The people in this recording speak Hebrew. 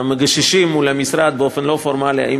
מגששות מול המשרד באופן לא פורמלי האם